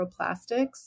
microplastics